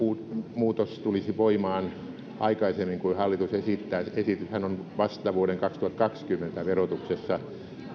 muutos tulisi voimaan aikaisemmin kuin hallitus esittää esityshän on vasta vuoden kaksituhattakaksikymmentä verotuksessa